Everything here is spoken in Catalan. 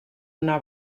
una